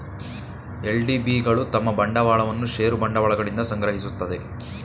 LDB ಗಳು ತಮ್ಮ ಬಂಡವಾಳವನ್ನು ಷೇರು ಬಂಡವಾಳಗಳಿಂದ ಸಂಗ್ರಹಿಸುತ್ತದೆ